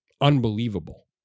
unbelievable